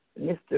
Mr